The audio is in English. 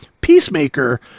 peacemaker